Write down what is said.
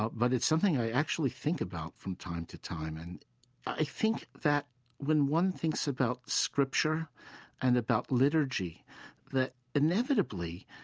but but it's something i actually think about from time to time and i think that when one thinks about scripture and about liturgy that, inevitably,